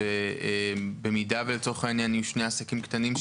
שאם יהיו שני עסקים קטנים,